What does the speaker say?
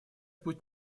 путь